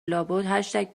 لابد